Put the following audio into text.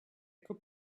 could